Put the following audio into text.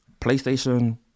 PlayStation